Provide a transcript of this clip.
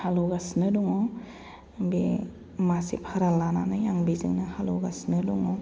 हालेवगासिनो दङ बे मासे भारा लानानै आं बेजोंनो हालेवगासिनो दङ